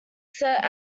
set